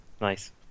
Nice